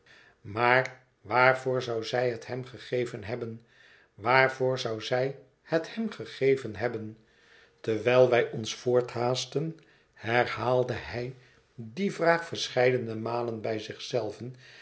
maar waarvoor zou zij het hem gegeven hebben waarvoor zou zij het hem gegeven hebben terwijl wij ons voorthaastten herhaalde hij die vraag verscheidene malen bij zich zei